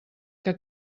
que